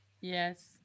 Yes